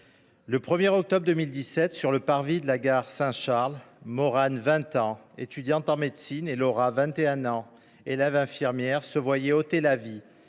le 1 octobre 2017, sur le parvis de la gare Saint Charles, Mauranne, 20 ans, étudiante en médecine, et Laura, 21 ans, élève infirmière, se voyaient ôter la vie